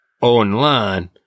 online